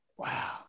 Wow